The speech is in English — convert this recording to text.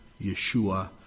Yeshua